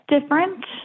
different